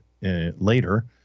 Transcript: later